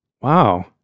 Wow